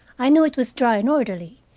i knew it was dry and orderly,